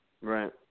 Right